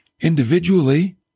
Individually